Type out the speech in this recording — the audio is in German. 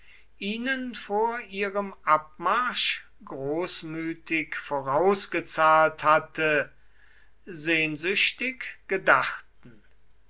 ihnen vor ihrem abmarsch großmütig vorausgezahlt hatte sehnsüchtig gedachten